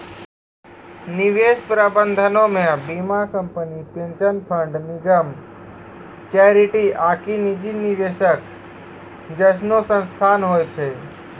निवेश प्रबंधनो मे बीमा कंपनी, पेंशन फंड, निगम, चैरिटी आकि निजी निवेशक जैसनो संस्थान होय छै